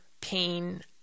pain